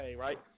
right